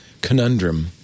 conundrum